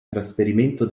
trasferimento